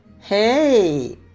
Hey